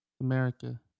America